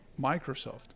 Microsoft